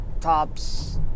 tops